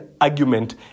argument